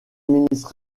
administratif